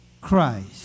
Christ